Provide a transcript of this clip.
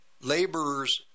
laborers